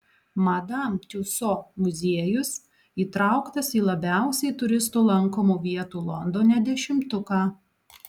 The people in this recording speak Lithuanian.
madam tiuso muziejus įtrauktas į labiausiai turistų lankomų vietų londone dešimtuką